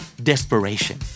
Desperation